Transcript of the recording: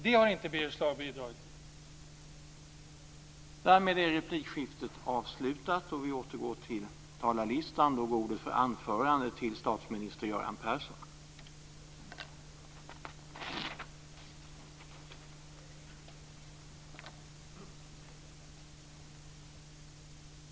Det har inte Birger Schlaug bidragit till.